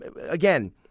again